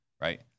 right